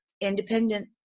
independent